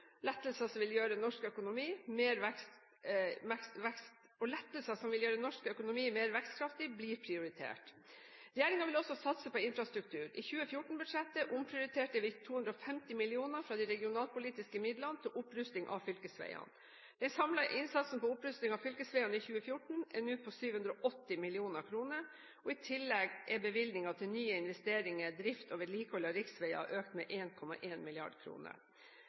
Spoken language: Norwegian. og lettelser som vil gjøre norsk økonomi mer vekstkraftig, blir prioritert. Regjeringen vil også satse på infrastruktur. I 2014-budsjettet omprioriterte vi 250 mill. kr fra de regionalpolitiske midlene til opprustning av fylkesveiene. Den samlede satsingen på opprusting av fylkesveiene i 2014 er nå på 780 mill. kr, og i tillegg er bevilgningene til nye investeringer, drift og vedlikehold av riksveier økt med